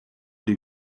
die